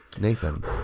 Nathan